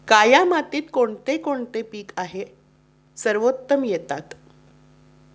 काया मातीत कोणते कोणते पीक आहे सर्वोत्तम येतात?